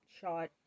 shot